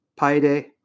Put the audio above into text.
Paide